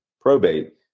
probate